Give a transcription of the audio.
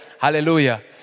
Hallelujah